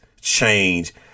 change